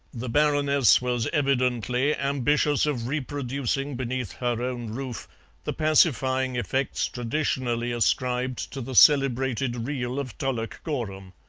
the baroness was evidently ambitious of reproducing beneath her own roof the pacifying effects traditionally ascribed to the celebrated reel of tullochgorum.